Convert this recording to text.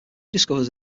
discovers